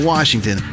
Washington